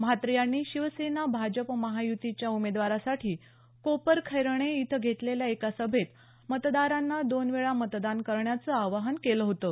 म्हात्रे यांनी शिवसेना भाजप महायुतीच्या उमेदवारासाठी कोपरखैरणे इथं घेतलेल्या एका सभेत मतदारांना दोन वेळा मतदान करण्याचं आवाहन केलं होतं